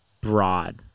broad